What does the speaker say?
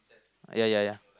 ya ya ya